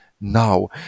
now